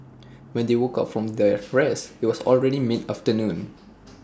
when they woke up from their rest IT was already mid afternoon